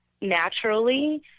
naturally